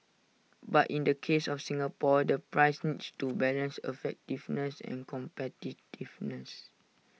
but in the case of Singapore the price needs to balance effectiveness and competitiveness